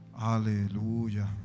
Aleluya